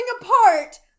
apart